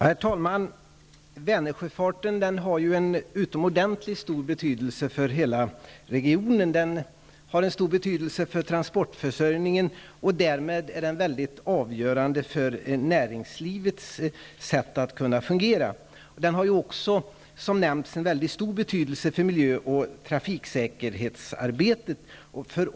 Herr talman! Vänersjöfarten har utomordentligt stor betydelse för hela regionen. Den har stor betydelse för transportförsörjningen, och därmed är den avgörande för näringslivets sätt att fungera. Den har också, som nämnts, mycket stor betydelse för miljö och trafiksäkerhetsarbetet.